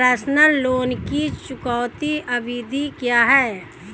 Personal loan की चुकौती अवधि क्या है?